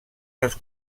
les